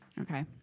Okay